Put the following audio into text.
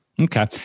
Okay